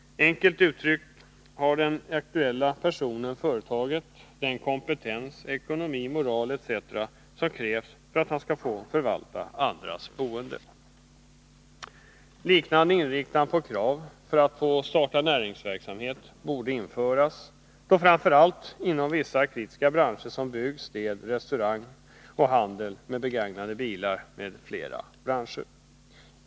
Enkelt uttryckt: Har den aktuella personen det skall få förvalta andras boende? En liknande inriktning på kraven för att få starta näringsverksamhet borde införas, framför allt inom vissa kritiska branscher som bygg-, städoch restaurangbranscherna, handeln med begagnade bilar osv.